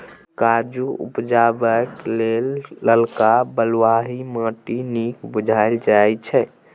काजु उपजेबाक लेल ललका बलुआही माटि नीक बुझल जाइ छै